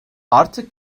artık